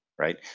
Right